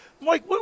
Mike